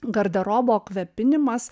garderobo kvepinimas